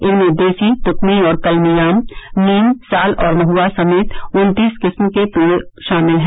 इनमें देसी तुकमी और कलमी आम नीम साल और महुआ समेत उत्तीस किस्म के पेड़ शामिल हैं